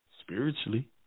Spiritually